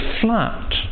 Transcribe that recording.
flat